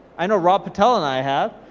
i know rob patel and i have.